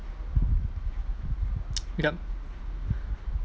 yup